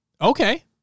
Okay